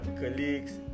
colleagues